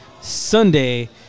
Sunday